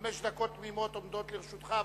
חמש דקות תמימות עומדות לרשותך.